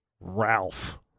Ralph